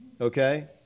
Okay